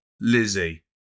Lizzie